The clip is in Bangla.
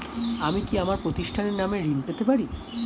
আমি কি আমার প্রতিষ্ঠানের নামে ঋণ পেতে পারি?